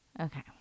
Okay